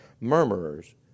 murmurers